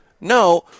No